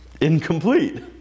incomplete